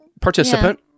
participant